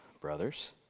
brothers